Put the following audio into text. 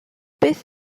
beth